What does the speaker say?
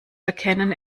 erkennen